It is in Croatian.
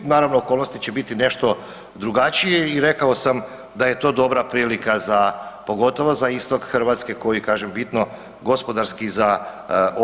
Naravno, okolnosti će biti nešto drugačije i rekao sam da je to dobra prilika, pogotovo za istok Hrvatske koji kažem, bitno gospodarski zaostaje.